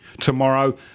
Tomorrow